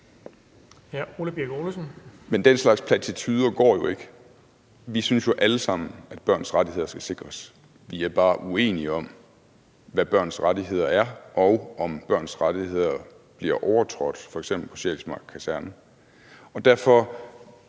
Den slags platituder går jo ikke. Vi synes jo alle sammen, at børns rettigheder skal sikres. Vi er bare uenige om, hvad børns rettigheder er, og om børns rettigheder bliver overtrådt på f.eks. Sjælsmark Kaserne. Det,